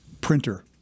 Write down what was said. Printer